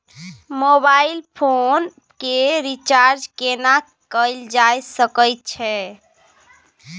Mobile phone के recharge केना कैल जा सकै छै?